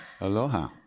Aloha